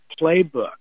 playbook